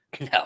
No